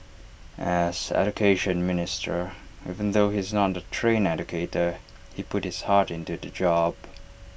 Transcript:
as Education Minister even though he is not A trained educator he put his heart into the job